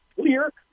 clear